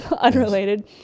unrelated